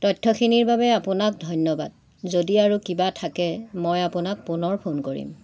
তথ্যখিনিৰ বাবে আপোনাক ধন্যবাদ যদি আৰু কিবা থাকে মই আপোনাক পুনৰ ফোন কৰিম